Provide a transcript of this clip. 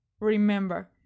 remember